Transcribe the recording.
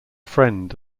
friend